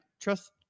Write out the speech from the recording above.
trust